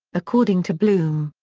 according to bloom,